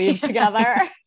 together